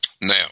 Now